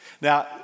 Now